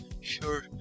Sure